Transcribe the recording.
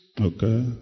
okay